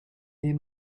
est